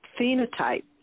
Phenotype